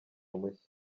mushya